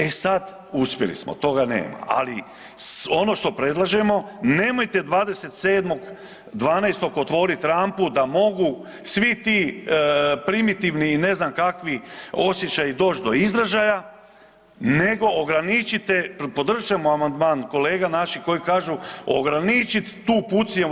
E sad uspjeli smo, toga nema, ali ono što predlažemo nemojte 27.12. otvoriti rampu da mogu svi ti primitivni i ne znam kakvi osjećaji doći do izražaja nego ograničite, podržat ćemo amandman kolega naših koji kažu ograničiti tu pucnjavu.